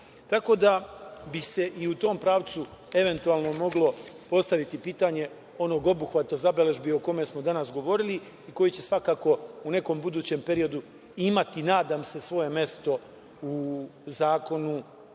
moglo bi se i u tom pravcu eventualno postaviti pitanje onog obuhvata zabeležbi o kome smo danas govorili, koji će svakako u nekom budućem periodu imati, nadam se, svoje mesto u zakonu,